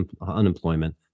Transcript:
unemployment